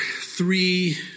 three